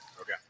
Okay